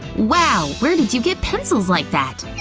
wow! where did you get pencils like that?